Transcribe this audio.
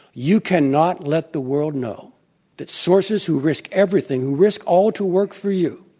you cannot let the world know that sources who risk everything, who risk all to work for you,